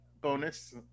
bonus